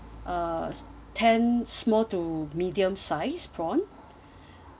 uh ten small to medium sized prawn